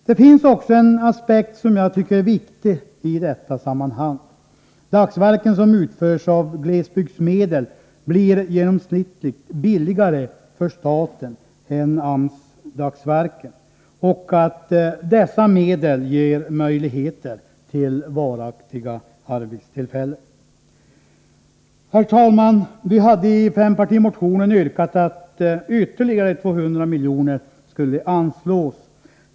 Det finns ytterligare en aspekt som jag tycker är viktig i detta sammanhang: Dagsverken som utförs med glesbygdsmedel blir genomsnittligt billigare för staten än AMS-dagsverken, och dessa medel ger möjligheter till varaktiga arbetstillfällen. Herr talman! Vi hade i fempartimotionen yrkat att ytterligare 200 miljoner skulle anslås.